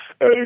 hey